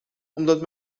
omdat